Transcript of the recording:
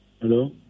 Hello